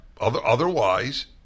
otherwise